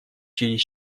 через